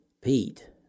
Pete